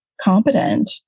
competent